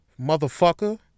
Motherfucker